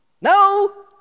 No